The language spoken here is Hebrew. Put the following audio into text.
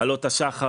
"עלות השחר",